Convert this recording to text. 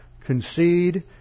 concede